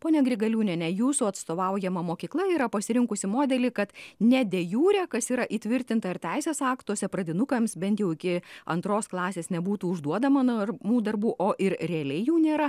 ponia grigaliūnienė jūsų atstovaujama mokykla yra pasirinkusi modelį kad ne de jure kas yra įtvirtinta ir teisės aktuose pradinukams bent jau iki antros klasės nebūtų užduodama namų darbų o ir realiai jų nėra